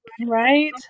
Right